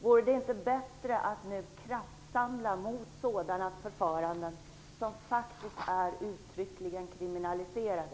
Vore det inte bättre att nu kraftsamla mot sådana förfaranden som faktiskt uttryckligen är kriminaliserade?